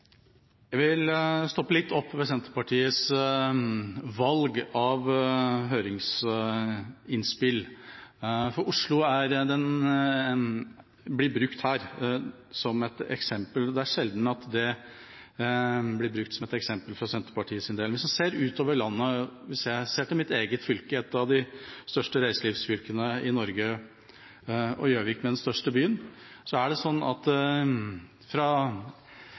Jeg vil stoppe litt opp ved Senterpartiets valg av høringsinnspill. Oslo blir her brukt som et eksempel, og det er sjelden at Oslo blir brukt som eksempel av Senterpartiet. Hvis jeg ser til mitt eget fylke, et av de største reiselivsfylkene i Norge, med Gjøvik som den største byen, er det sånn at